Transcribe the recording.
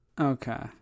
Okay